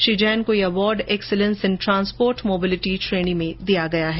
श्री जैन को यह award excellence in transport mobility श्रेणी में दिया गया है